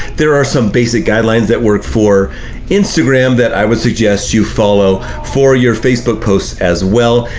there are some basic guidelines that work for instagram that i would suggest you follow for your facebook posts as well.